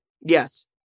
Yes